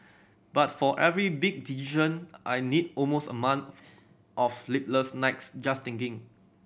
but for every big decision I need almost a month of sleepless nights just thinking